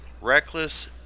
Reckless